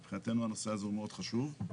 מבחינתנו הנושא הזה הוא מאוד חשוב.